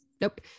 Nope